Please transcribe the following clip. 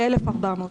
כ-1,400.